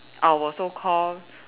our so called